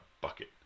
bucket